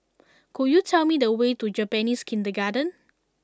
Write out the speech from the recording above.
could you tell me the way to Japanese Kindergarten